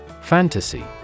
Fantasy